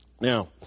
Now